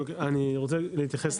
בבקשה.